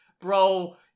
bro